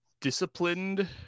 disciplined